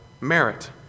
merit